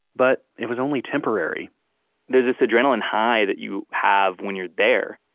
but it was only temporary there's this adrenaline high that you have when you're there,